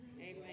Amen